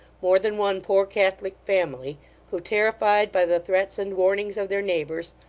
more than one poor catholic family who, terrified by the threats and warnings of their neighbours,